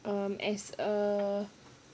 um as a